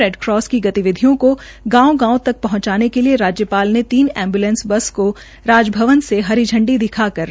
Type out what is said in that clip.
red cross की गतिविधियों को गांव गांव तक पहंचाने के लिए राज्यपाल ने तीन एम्बुलैंस बस को राजभवन से इरी झंडी दिखाकर रवाना किया था